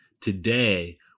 Today